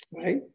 right